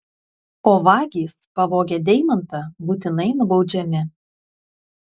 o vagys pavogę deimantą būtinai nubaudžiami